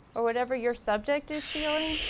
or whatever your subject is feeling,